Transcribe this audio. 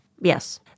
Yes